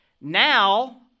Now